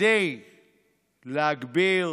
כדי להגביר